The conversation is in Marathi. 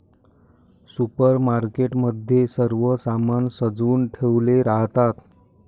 सुपरमार्केट मध्ये सर्व सामान सजवुन ठेवले राहतात